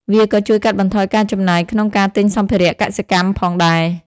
វាក៏ជួយកាត់បន្ថយការចំណាយក្នុងការទិញសម្ភារៈកសិកម្មផងដែរ។